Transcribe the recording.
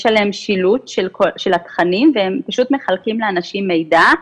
יש עליהן שילוט של התכנים והם פשוט מחלקים לאנשים מידע.